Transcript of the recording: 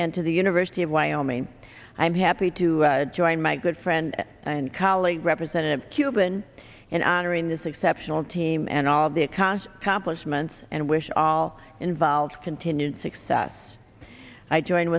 and to the university of wyoming i'm happy to join my good friend and colleague representative cuban in honoring this exceptional team and all because complements and wish all involved continued success i joined